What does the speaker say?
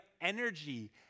energy